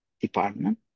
department